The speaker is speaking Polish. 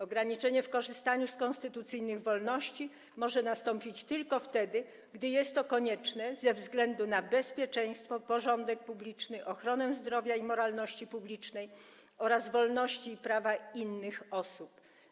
Ograniczenie w korzystaniu z konstytucyjnych wolności może nastąpić tylko wtedy, gdy jest to koniecznie ze względu na bezpieczeństwo, porządek publiczny, ochronę zdrowia i moralności publicznej oraz wolności i prawa innych osób.